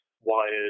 Wired